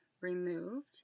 removed